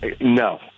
no